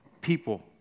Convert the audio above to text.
people